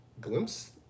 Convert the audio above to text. glimpse